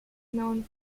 known